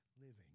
living